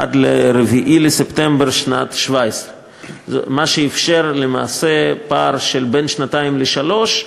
עד 4 בספטמבר 2017. זה אִפשר למעשה פער של בין שנתיים לשלוש שנים,